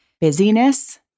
busyness